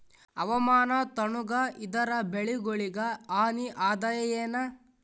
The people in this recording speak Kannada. ಹವಾಮಾನ ತಣುಗ ಇದರ ಬೆಳೆಗೊಳಿಗ ಹಾನಿ ಅದಾಯೇನ?